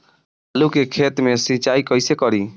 आलू के खेत मे सिचाई कइसे करीं?